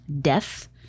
death